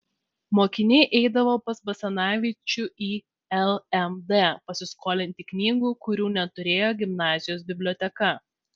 mokiniai eidavo pas basanavičių į lmd pasiskolinti knygų kurių neturėjo gimnazijos biblioteka